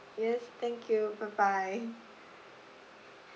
yes thank you bye bye